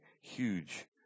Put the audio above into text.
huge